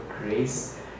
grace